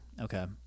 okay